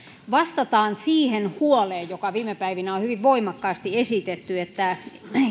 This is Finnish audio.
vastataan siihen huoleen joka viime päivinä on hyvin voimakkaasti esitetty että